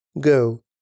Go